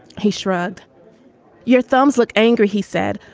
he shrug your thumbs, look angry, he said.